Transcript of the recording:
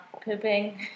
pooping